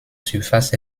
surface